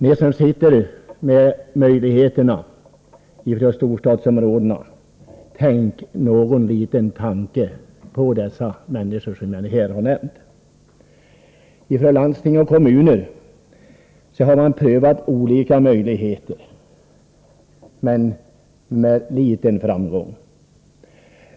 Ni som kan utnyttja möjligheterna i storstadsområdena, ägna någon liten tanke åt de människor jag här har nämnt! Landsting och kommuner har prövat olika utvägar, men med liten framgång.